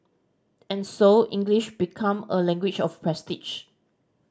and so English become a language of prestige